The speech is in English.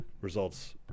results